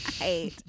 Right